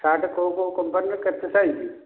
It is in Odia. ସାର୍ଟ୍ କେଉଁ କେଉଁ କମ୍ପାନୀର କେତେ ସାଇଜ୍